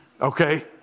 okay